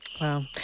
wow